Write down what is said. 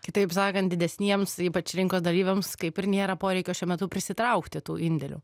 kitaip sakant didesniems ypač rinkos dalyviams kaip ir nėra poreikio šiuo metu prisitraukti tų indėlių